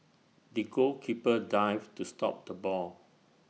the goalkeeper dived to stop the ball